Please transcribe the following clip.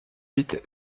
huit